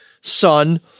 son